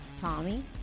Tommy